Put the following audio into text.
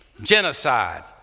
genocide